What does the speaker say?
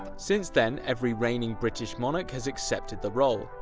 since then, every reigning british monarch has accepted the role.